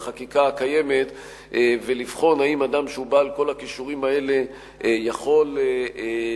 הקיימת ולבחון האם אדם שהוא בעל כל הכישורים האלה יכול לענות,